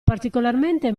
particolarmente